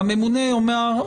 הממונה יאמר,